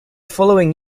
following